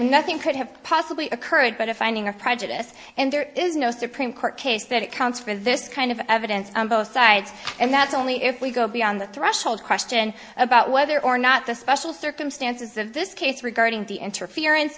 nothing could have possibly occurred but a finding of prejudice and there is no supreme court case that accounts for this kind of evidence on both sides and that's only if we go beyond the threshold question about whether or not the special circumstances of this case regarding the interference